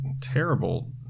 terrible